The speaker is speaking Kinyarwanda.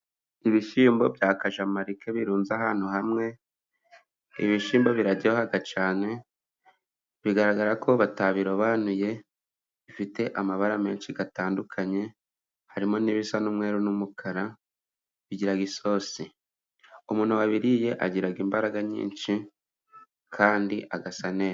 Ibishyimbo bya Kajamarike birunze ahantu hamwe, ibishimbo biraryoha cyane bigaragara ko batabirobanuye, bifite amabara menshi atandukanye harimo ibisa n'umweru, n'umukara bigira isosi, umuntu wabiriye agira imbaraga nyinshi kandi agasa neza.